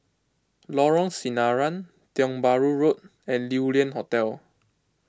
Lorong Sinaran Tiong Bahru Road and Yew Lian Hotel